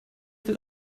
will